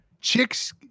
chicks